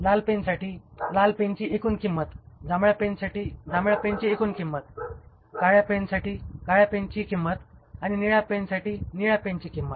लाल पेनसाठी लाल पेनची एकूण किंमत जांभळ्या पेनसाठी जांभळ्या पेनची एकूण किंमत काळ्या पेनसाठी काळ्या पेनची किंमत आणि निळ्या पेनसाठी निळ्या पेनची किंमत